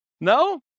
No